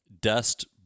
dust